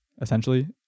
essentially